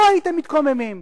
לא הייתם מתקוממים,